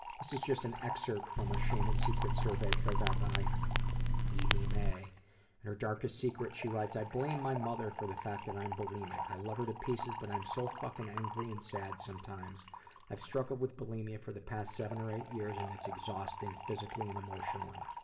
just an excerpt from a shame and secrets survey filled out by evie may and her darkest secret, she writes i blame my mother for the fact that i'm bulimic. i love her to pieces but i'm so fucking angry and sad sometimes i've struggled with bulimia for the past seven or eight years, and it's exhausting physically and emotionally.